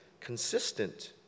consistent